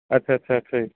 ਅੱਛਾ ਅੱਛਾ ਅੱਛਾ ਜੀ